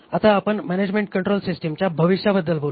आता आपण management control सिस्टिमच्या भविष्याबद्दल बोलू